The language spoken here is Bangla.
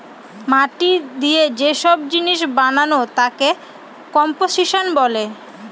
মাটি দিয়ে যে সব জিনিস বানানো তাকে কম্পোসিশন বলে